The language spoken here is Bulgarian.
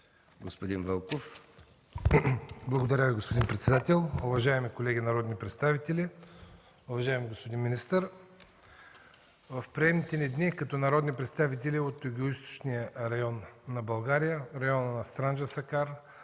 ВЪЛКОВ (ГЕРБ): Благодаря Ви, господин председател. Уважаеми колеги народни представители, уважаеми господин министър! В приемните ни дни като народни представители от Югоизточния район на Република България – района на Странджа Сакар,